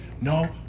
no